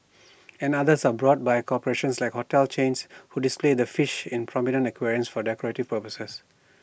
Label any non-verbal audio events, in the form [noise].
[noise] and others are brought by corporations like hotel chains who display the fish in prominent aquariums for decorative purposes